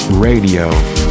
Radio